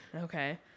okay